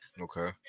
Okay